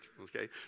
Okay